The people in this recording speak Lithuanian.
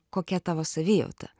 kokia tavo savijauta